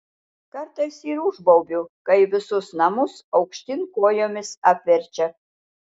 kartais ir užbaubiu kai visus namus aukštyn kojomis apverčia